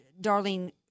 Darlene